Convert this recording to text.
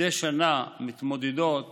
מדי שנה מתמודדות